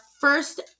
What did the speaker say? first